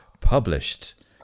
Published